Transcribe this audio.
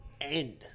end